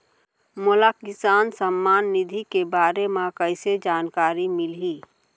मोला किसान सम्मान निधि के बारे म कइसे जानकारी मिलही?